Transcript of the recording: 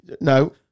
No